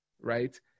Right